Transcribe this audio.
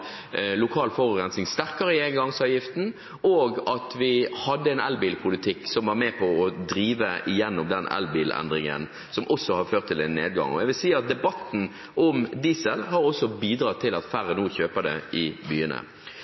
lokal forurensing sterkere i engangsavgiften, og hadde en elbilpolitikk som var med på å drive gjennom den elbilendringen som har ført til en nedgang. Jeg vil si at debatten om diesel har også bidratt til at færre nå kjøper det i byene.